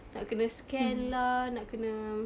nak kena scan lah nak kena